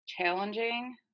Challenging